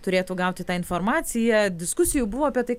turėtų gauti tą informaciją diskusijų buvo apie tai